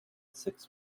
six